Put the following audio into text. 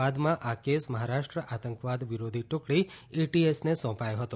બાદમાં આ કેસ મહારાષ્ટ્ર આતંકવાદ વિરોધી ટુકડી એટીએસને સોંપાયો હતો